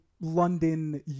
london